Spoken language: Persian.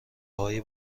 های